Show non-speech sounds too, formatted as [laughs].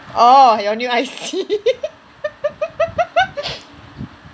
orh your new I_C [laughs]